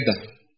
together